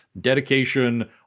dedication